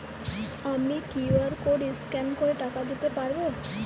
আমি QR code scan করে টাকা দিতে পারবো?